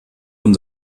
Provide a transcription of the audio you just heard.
von